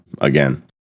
again